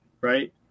right